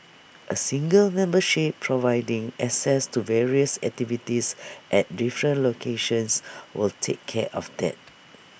A single membership providing access to various activities at different locations would take care of that